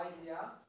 idea